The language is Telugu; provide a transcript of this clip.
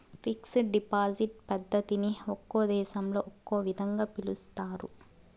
ఫిక్స్డ్ డిపాజిట్ పద్ధతిని ఒక్కో దేశంలో ఒక్కో విధంగా పిలుస్తారు